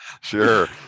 sure